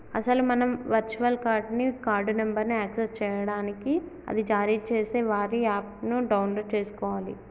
అసలు మనం virtual card ని కార్డు నెంబర్ను యాక్సెస్ చేయడానికి అది జారీ చేసే వారి యాప్ ను డౌన్లోడ్ చేసుకోవాలి